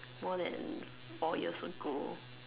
more than four years ago